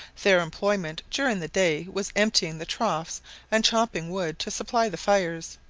their employment during the day was emptying the troughs and chopping wood to supply the fires.